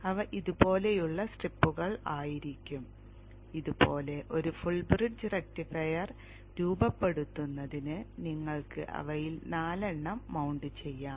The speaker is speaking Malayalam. അവ ഇതുപോലെയുള്ള സ്ട്രിപ്പുകൾ ആയിരിക്കും ഇതുപോലെ ഒരു ഫുൾ ബ്രിഡ്ജ് റക്റ്റിഫയർ രൂപപ്പെടുത്തുന്നതിന് നിങ്ങൾക്ക് അവയിൽ 4 എണ്ണം മൌണ്ട് ചെയ്യാം